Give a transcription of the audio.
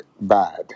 bad